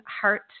heart